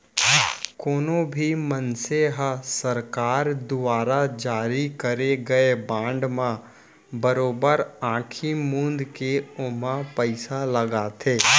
कोनो भी मनसे ह सरकार दुवारा जारी करे गए बांड म बरोबर आंखी मूंद के ओमा पइसा लगाथे